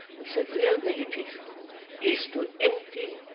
we said real meditation is to empty